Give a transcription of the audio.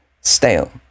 stale